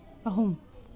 ꯑꯍꯨꯝ